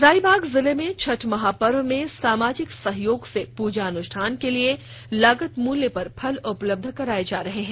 हजारीबाग जिले में छठ महापर्व में सामाजिक सहयोग से पूजा अनुष्ठान के लिए लागत मूल्य पर फल उपलब्ध कराया जा रहा है